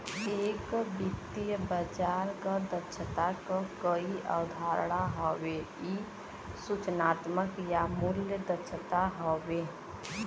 एक वित्तीय बाजार क दक्षता क कई अवधारणा हउवे इ सूचनात्मक या मूल्य दक्षता हउवे